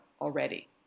already